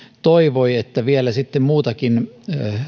toivoi että vielä sitten muutakin